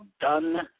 Done